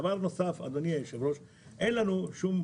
דבר נוסף, אדוני היושב-ראש, אין לנו עניין.